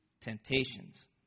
temptations